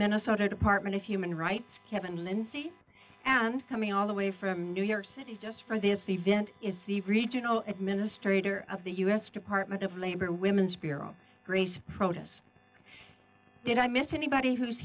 minnesota department of human rights kevin lindsay and coming all the way from new york city just for this event is the regional administrator of the u s department of labor women's bureau grace protests did i miss anybody who's